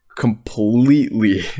completely